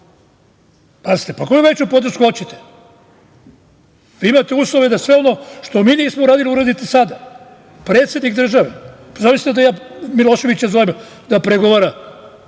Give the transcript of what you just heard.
Pazite, pa koju veću podršku hoćete? Vi imate uslove da sve ono što mi nismo uradili uradite sada. Predsednik države? Zamislite da ja sada Miloševića zovem da pregovara.